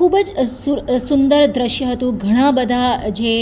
ખૂબ જ સુંદર દૃશ્ય હતું ઘણાં બધા જે